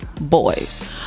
Boys